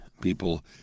people